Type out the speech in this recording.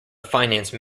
finance